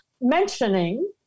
mentioning